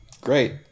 Great